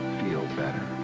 feel better.